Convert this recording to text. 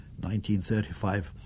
1935